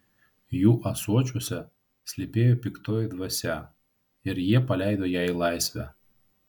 jų ąsočiuose slypėjo piktoji dvasia ir jie paleido ją į laisvę